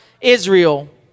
Israel